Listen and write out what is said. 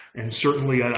and certainly,